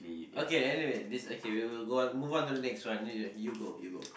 okay anyway this okay we will go on move on to the next one you go you go